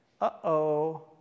uh-oh